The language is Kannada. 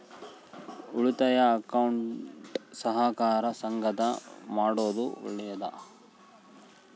ಉಳಿತಾಯ ಅಕೌಂಟ್ ಸಹಕಾರ ಸಂಘದಾಗ ಮಾಡೋದು ಒಳ್ಳೇದಾ?